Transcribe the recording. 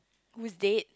who is dead